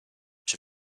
czy